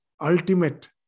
ultimate